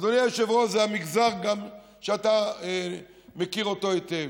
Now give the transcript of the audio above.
אדוני היושב-ראש, זה מגזר שאתה מכיר אותו היטב.